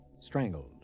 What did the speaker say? strangled